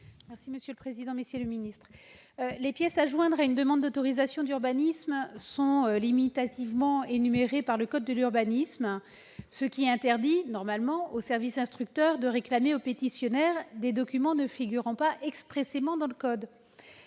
Vérien, pour présenter l'amendement n° 880. Les pièces à joindre à une demande d'autorisation d'urbanisme sont limitativement énumérées par le code de l'urbanisme, ce qui interdit normalement aux services instructeurs de réclamer aux pétitionnaires des documents ne figurant pas expressément dans le code.